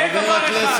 תן לי, של